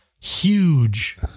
huge